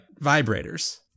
vibrators